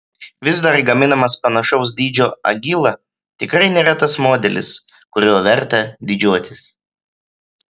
vis dar gaminamas panašaus dydžio agila tikrai nėra tas modelis kuriuo verta didžiuotis